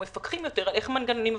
מפקחים יותר על איך מנגנונים עובדים,